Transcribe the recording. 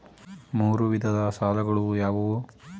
ಮೂರು ವಿಧದ ಸಾಲಗಳು ಯಾವುವು?